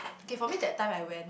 okay for me that time I went